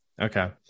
Okay